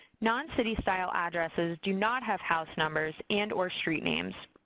non-city style addresses do not have house numbers and or street names.